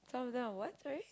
some of them are what sorry